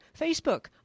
Facebook